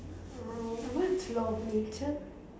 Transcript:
hmm what's law of nature